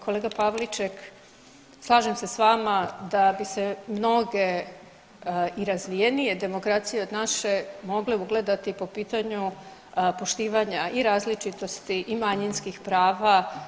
Kolega Pavliček slažem se s vama da bi se mnoge i razvijenije demokracije od naše mogle ugledati po pitanju poštivanja i različitosti i manjinskih prava.